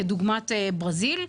לדוגמה ברזיל,